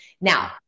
Now